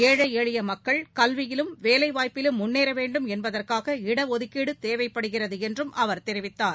ஏழை எளிய மக்கள் கல்வியிலும் வேலைவாய்ப்பிலும் முன்னேற வேண்டும் என்பதற்காக இடஒதுக்கீடு தேவைப்படுகிறது என்றும் அவர் தெரிவித்தார்